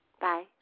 Bye